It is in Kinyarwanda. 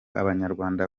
abanyarwanda